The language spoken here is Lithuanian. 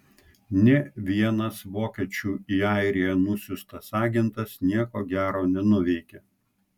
nė vienas vokiečių į airiją nusiųstas agentas nieko gero nenuveikė